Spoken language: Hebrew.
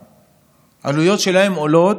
העלויות שלהם עולות,